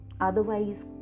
otherwise